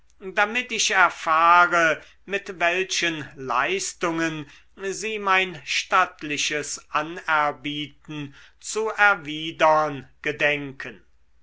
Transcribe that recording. damit ich erfahre mit welchen leistungen sie mein stattliches anerbieten zu erwidern gedenken